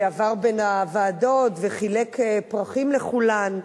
שעבר בין הוועדות וחילק פרחים לכולן,